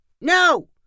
No